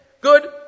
good